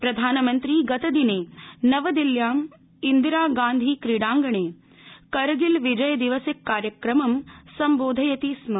प्रधानमंत्री गतदिने नवदिल्ल्यां इन्दिरागांधी क्रीडांगणे करगिल विजयदिवस कार्यक्रमं सम्बोधयति स्म